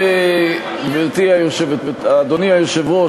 אדוני היושב-ראש,